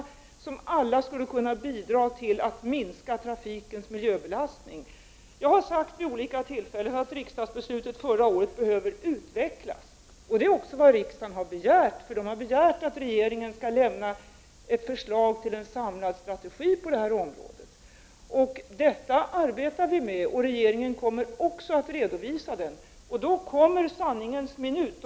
Det gäller förslag som skulle kunna bidra till att minska trafikens miljöbelastning. Jag har vid flera tillfällen sagt att det riksdagsbeslut som fattades förra året behöver utvecklas. Det har också begärts av riksdagen. Det har begärts att regeringen skall lämna ett förslag till en samlad strategi på det här området. Vi arbetar med detta, och regeringen kommer att göra en redovisning. Då kommer sanningens minut.